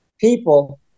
people